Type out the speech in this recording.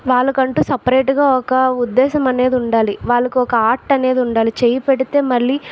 వాళ్ళకంటూ సపరేట్గా ఒక ఉద్దేశ్యం అనేది ఉండాలి వాళ్ళకు ఒక ఆర్ట్ అనేది ఉండాలి చేయిపెడితే మళ్ళీ